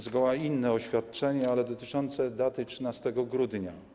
Zgoła inne oświadczenie, ale dotyczące daty 13 grudnia.